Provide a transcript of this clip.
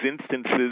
instances